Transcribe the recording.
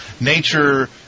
nature